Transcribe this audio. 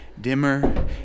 dimmer